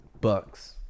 bucks